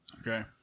Okay